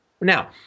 Now